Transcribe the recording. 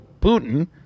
putin